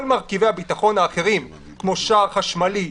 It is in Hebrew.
מרכיבי הביטחון האחרים כמו שער חשמלי,